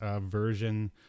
version